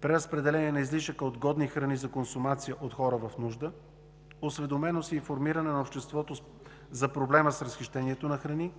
преразпределение на излишъка от годни храни за консумация от хора в нужда; осведоменост и информиране на обществото за проблема с разхищението на храни.